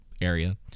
area